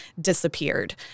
disappeared